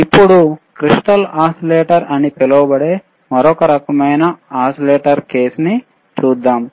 ఇప్పుడు crystal oscillator అని పిలువబడే మరొక రకమైన ఓసిలేటర్ కేసును చూద్దాం